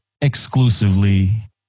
exclusively